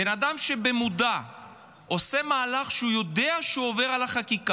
בן אדם שבמודע עושה מהלך כשהוא יודע שהוא עובר על החוק,